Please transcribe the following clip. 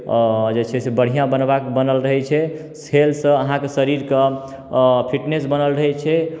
जे छै से बढ़िआँ बनबा बनल रहै छै खेलसँ अहाँकऽ शरीरके फिटनेस बनल रहैत छै